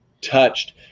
touched